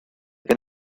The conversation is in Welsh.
gen